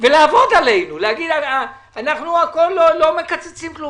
ולעבוד עלינו, להגיד שלא מקצצים כלום.